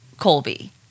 Colby